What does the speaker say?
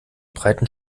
breiten